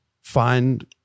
find